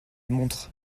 montre